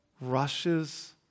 rushes